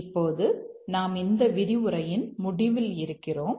இப்போது நாம் இந்த விரிவுரையின் முடிவில் இருக்கிறோம்